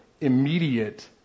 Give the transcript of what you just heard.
immediate